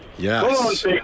Yes